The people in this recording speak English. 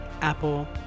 apple